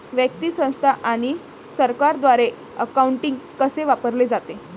व्यक्ती, संस्था आणि सरकारद्वारे अकाउंटिंग कसे वापरले जाते